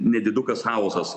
nedidukas chaosas